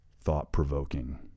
thought-provoking